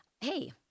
hey